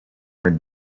her